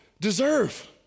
deserve